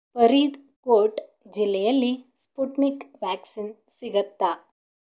ಫರೀದ್ಕೋಟ್ ಜಿಲ್ಲೆಯಲ್ಲಿ Sputnik vaccine ಸಿಗುತ್ತಾ